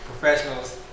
professionals